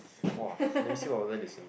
!wah! let me see order the same